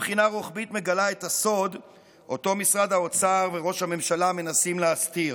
בחינה רוחבית מגלה את הסוד שאותו משרד האוצר וראש הממשלה מנסים להסתיר: